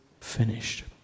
finished